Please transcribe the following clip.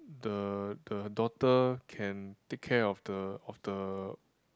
the the daughter can take care of the of the